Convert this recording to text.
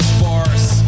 force